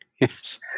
Yes